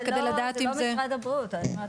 זה לא משרד הבריאות, זו המועצה המדעית.